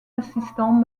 assistant